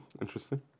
Interesting